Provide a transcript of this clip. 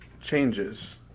changes